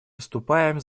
выступаем